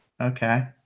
Okay